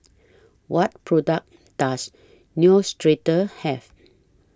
What products Does Neostrata Have